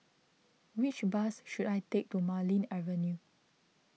which bus should I take to Marlene Avenue